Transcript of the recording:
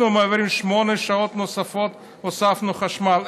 אנחנו מעבירים שמונה שעות נוספות, הוספנו חשמל.